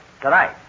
tonight